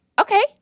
Okay